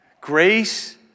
Grace